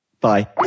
Bye